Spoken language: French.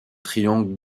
triangle